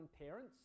parents